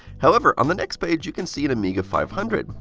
however, on the next page you can see an amiga five hundred,